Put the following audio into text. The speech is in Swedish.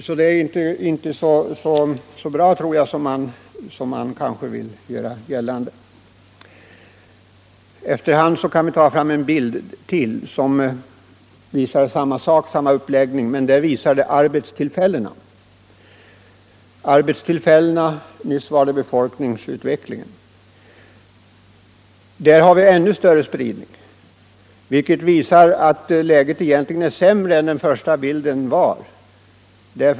— Läget är alltså inte så bra som industriministern m.fl. vill göra gällande. Jag vill sedan visa en ännu en bild med samma uppläggning men avseende antalet arbetstillfällen i stället för befolkningsutvecklingen. Där är spridningen ännu större, vilket betyder att läget egentligen är sämre än den första bilden visade.